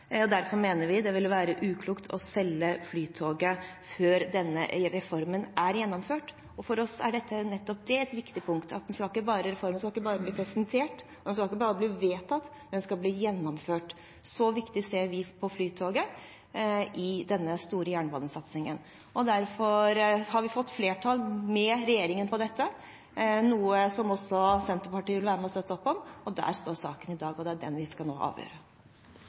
Derfor mener vi det ville være uklokt å selge Flytoget før denne reformen er gjennomført. For oss er nettopp det et viktig punkt: Reformen skal ikke bare bli presentert, den skal ikke bare bli vedtatt, den skal bli gjennomført. Så viktig ser vi på Flytoget i denne store jernbanesatsingen. Derfor har vi fått flertall, med regjeringen, for dette – noe også Senterpartiet vil være med og støtte opp om. Der står saken i dag, og det er den vi nå skal avgjøre.